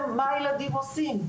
בעצם, מה הילדים עושים?